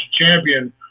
champion